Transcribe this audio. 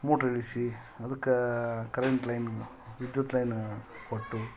motor ಇಳಿಸಿ ಅದಕ್ಕೆ current line ವಿದ್ಯುತ್ ಲೈನ್ ಕೊಟ್ಟು